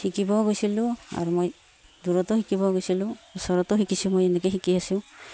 শিকিবও গৈছিলোঁ আৰু মই দূৰতো শিকিব গৈছিলোঁ ওচৰতো শিকিছোঁ মই এনেকৈয়ে শিকি আছো